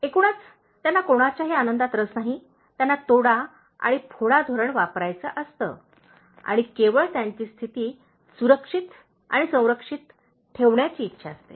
एकूणच त्यांना कोणाच्याही आनंदात रस नाही त्यांना तोडा आणि फोडा धोरण वापरायचे असते आणि केवळ त्यांची स्थिती सुरक्षित आणि संरक्षित ठेवण्याची इच्छा असते